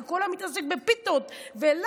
כי הוא כל היום מתעסק בפיתות ולאפות